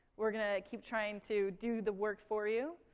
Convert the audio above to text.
we're gonna keep trying to do the work for you,